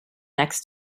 next